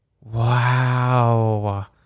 Wow